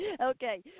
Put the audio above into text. Okay